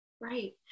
Right